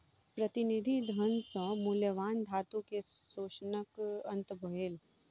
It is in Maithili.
प्रतिनिधि धन सॅ मूल्यवान धातु के शोषणक अंत भेल